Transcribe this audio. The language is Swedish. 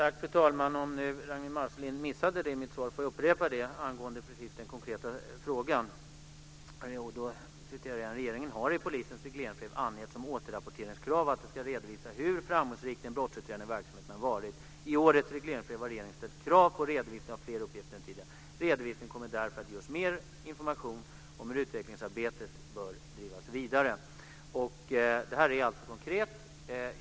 Fru talman! Om nu Ragnwi Marcelind missade det i mitt svar får jag upprepa svaret på den konkreta frågan: Regeringen har i polisens regleringsbrev angett som återrapporteringskrav att de ska redovisa hur framgångsrik den brottsutredande verksamheten har varit. I årets regleringsbrev har regeringen ställt krav på redovisning av fler uppgifter än tidigare. Redovisningen kommer därför att ge oss än mer information om hur utvecklingsarbetet bör drivas vidare. Det här är alltså konkret.